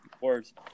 words